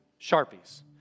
Sharpies